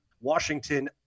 Washington